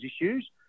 issues